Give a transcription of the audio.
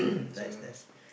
so